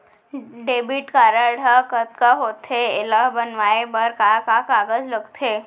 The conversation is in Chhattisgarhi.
डेबिट कारड ह का होथे एला बनवाए बर का का कागज लगथे?